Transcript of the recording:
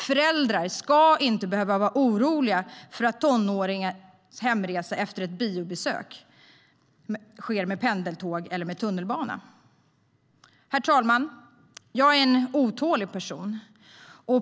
Föräldrar ska inte behöva vara oroliga för att tonåringars hemresa efter ett biobesök sker med pendeltåg eller tunnelbana. Herr talman! Jag är en otålig person.